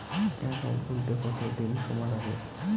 Account খুলতে কতদিন সময় লাগে?